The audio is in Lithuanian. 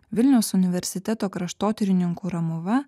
vilniaus universiteto kraštotyrininkų romuva